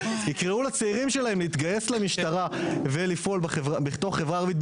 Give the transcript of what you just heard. יקראו לצעירים שלהם להתגייס למשטרה ולפעול בתוך החברה הערבית,